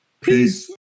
Peace